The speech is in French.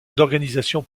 d’organisation